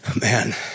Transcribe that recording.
Man